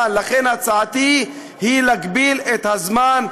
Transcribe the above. שניט, שקבעה חד-משמעית: לבטל את חזקת הגיל הרך.